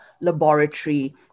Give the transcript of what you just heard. laboratory